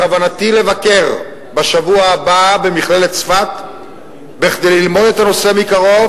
בכוונתי לבקר בשבוע הבא במכללת צפת כדי ללמוד את הנושא מקרוב,